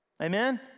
Amen